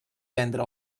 vendre